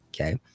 okay